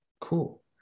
Cool